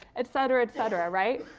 etcetera, etcetera. right?